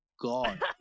god